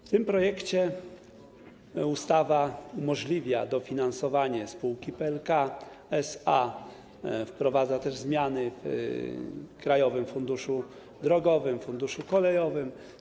W tym projekcie ustawa umożliwia dofinansowanie spółki PLK SA, wprowadza też zmiany w Krajowym Funduszu Drogowym, Funduszu Kolejowym.